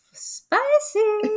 spicy